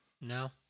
No